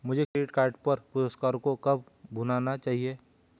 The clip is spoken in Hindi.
मुझे क्रेडिट कार्ड पर पुरस्कारों को कब भुनाना चाहिए?